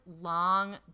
long